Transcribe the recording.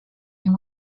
and